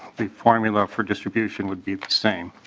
the formula for distribution would be the same.